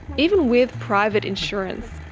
even with private insurance,